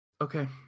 okay